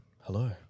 hello